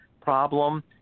problem